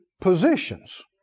positions